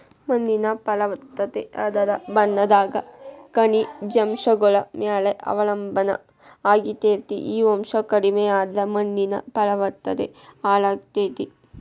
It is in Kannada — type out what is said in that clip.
ಮಣ್ಣಿನ ಫಲವತ್ತತೆ ಅದರ ಬಣ್ಣದಾಗ ಖನಿಜಾಂಶಗಳ ಮ್ಯಾಲೆ ಅವಲಂಬನಾ ಆಗಿರ್ತೇತಿ, ಈ ಅಂಶ ಕಡಿಮಿಯಾದ್ರ ಮಣ್ಣಿನ ಫಲವತ್ತತೆ ಹಾಳಾಗ್ತೇತಿ